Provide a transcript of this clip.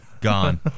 Gone